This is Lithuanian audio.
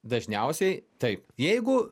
dažniausiai taip jeigu